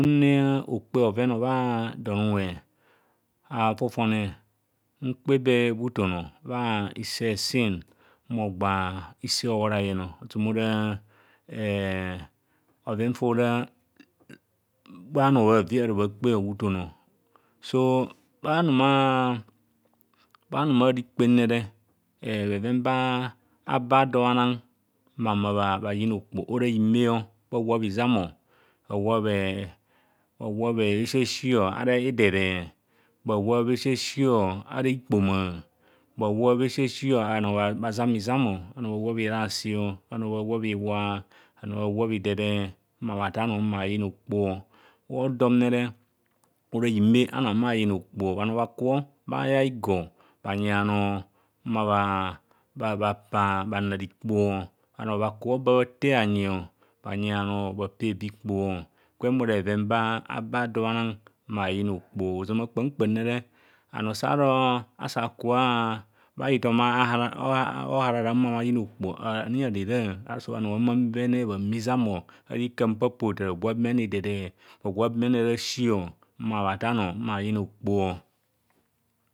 Nra okpe bhoven bha. Don unwe a fofone. Mkpe be bhuton bha hise sin ma oba hise hobhorayen, ozaama. Ora bhoven fnora fabhanoo bhaavi arabakpe bhutono so bhanume a rikpe ne bhoven fa abaado bhanana bhahumo bhay ina okpoho ora hime, bha wap izam, bhawab bhesi asi, araa edere, bhawab bhesiasi araa ikpoma, bhawab bhesiasi bhano bhazam izam, bhano bhawab erasi, bhano bhawab iwaa, bhano bhawab edere bha than o bhahumo bhayina okpoho bhaodom nre ora hime a bhanoo bhahumo bhayina okpoho bhanoo bhakubho baa bhayai igor bhanyi bhanoo mma bhapaa mma bhanar ikpono bhano bha kubho ba bhatee bhanyi bhanoo bha pay be ikpoho gwem ora bheven ba ageado bhanang mma yina okpoho. Ozama kpam kpaam nre bhanoo sa bharo asa bhaku bha hi thom ohara mma bhayina okpoho ani hare ra.